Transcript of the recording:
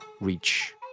reach